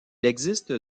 existe